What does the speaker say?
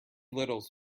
littles